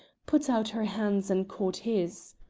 put out her hands, and caught his.